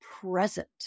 present